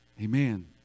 Amen